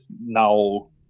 now